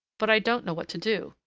but i don't know what to do.